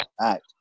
act